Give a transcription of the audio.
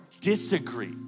disagree